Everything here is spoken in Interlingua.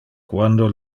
quando